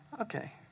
Okay